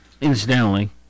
Incidentally